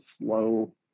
slow